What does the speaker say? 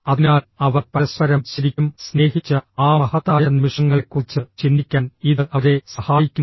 അതിനാൽ അവർ പരസ്പരം ശരിക്കും സ്നേഹിച്ച ആ മഹത്തായ നിമിഷങ്ങളെക്കുറിച്ച് ചിന്തിക്കാൻ ഇത് അവരെ സഹായിക്കും